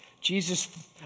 Jesus